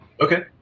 Okay